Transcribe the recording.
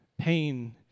pain